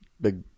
big